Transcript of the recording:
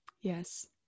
Yes